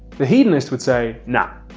the hedonist would say, nah,